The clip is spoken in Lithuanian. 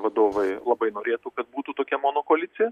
vadovai labai norėtų kad būtų tokia mono koalicija